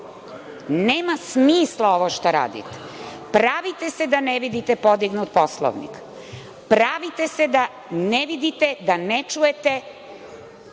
nema smisla ovo što radite, pravite se da ne vidite podignut Poslovnik, pravite se da ne vidite, da ne čujete,